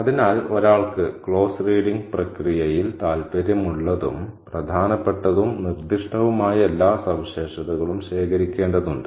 അതിനാൽ ഒരാൾക്ക് close reading പ്രക്രിയയിൽ തൽപര്യം ഉള്ളതും പ്രധാനപ്പെട്ടതും നിർദ്ദിഷ്ടവുമായ എല്ലാ സവിശേഷതകളും ശേഖരിക്കേണ്ടതുണ്ട്